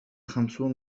خمسون